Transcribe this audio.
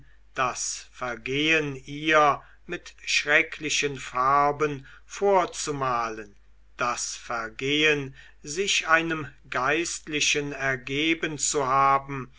das vergehen ihr mit schrecklichen farben vorzumalen das vergehen sich einem geistlichen ergeben zu haben